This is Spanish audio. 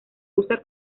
usa